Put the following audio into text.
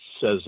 says